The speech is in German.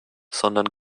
sondern